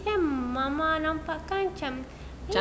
kan mama nampak kan macam